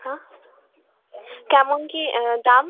হ্যাঁ কেমন কী দাম